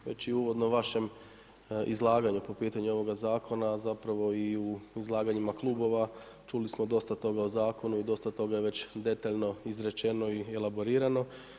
Uvodno u vašem izlaganju po pitanju ovog zakona, zapravo i u izlaganju klubova, čuli smo dosta toga o zakonu i dosta toga je već detaljno izrečeno i elaborirano.